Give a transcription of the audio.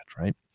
right